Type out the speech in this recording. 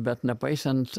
bet nepaisant